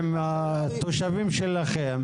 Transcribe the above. עם התושבים שלכם,